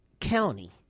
county